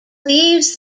leaves